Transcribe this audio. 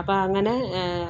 അപ്പം അങ്ങനെ